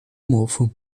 mofo